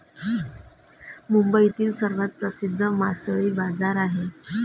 मुंबईतील सर्वात प्रसिद्ध मासळी बाजार आहे